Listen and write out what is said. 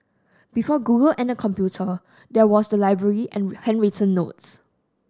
before Google and the computer there was the library and handwritten notes